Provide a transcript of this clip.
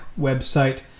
website